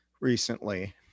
recently